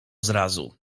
zrazu